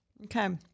Okay